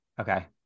okay